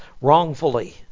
wrongfully